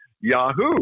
Yahoo